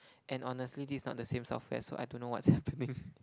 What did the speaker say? and honestly this is not the same software so I don't know what's happening